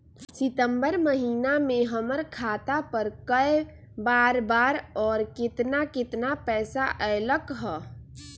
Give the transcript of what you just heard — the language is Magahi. सितम्बर महीना में हमर खाता पर कय बार बार और केतना केतना पैसा अयलक ह?